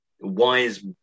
wise